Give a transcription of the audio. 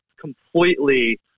completely